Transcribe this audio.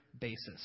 basis